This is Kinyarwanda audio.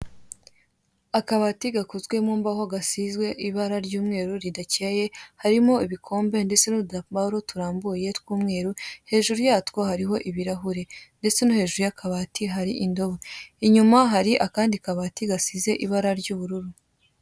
Akabati gakozwe mu mbaho gasizwe ibara ry'umweru ridakeye, harimo ibikombe ndetse n'udutambaro turambuye tw'umweru, hejuru yatwo hari ibirahure, ndetse no hejuru y'akabati hari indobo. Inyuma hari akandi kabati gasize ibara ry'ubururu.